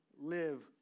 live